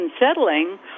unsettling